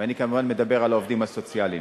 ואני כמובן מדבר על העובדים הסוציאליים.